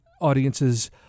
audiences